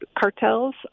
cartels